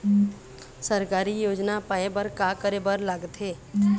सरकारी योजना पाए बर का करे बर लागथे?